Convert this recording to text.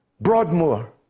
Broadmoor